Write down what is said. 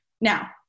Now